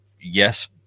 yes